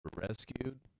rescued